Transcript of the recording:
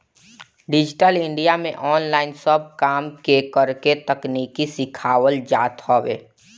digital India में online सब काम के करेके तकनीकी सिखावल जात हवे